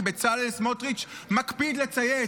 כי בצלאל סמוטריץ' מקפיד לצייץ,